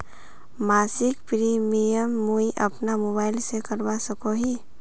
मासिक प्रीमियम मुई अपना मोबाईल से करवा सकोहो ही?